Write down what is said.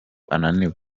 ananiwe